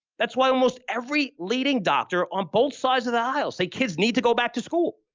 that's why almost every leading doctors on both sides of the aisle say kids need to go back to school.